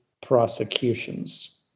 prosecutions